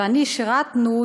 ואני שירתנו,